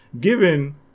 given